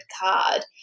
card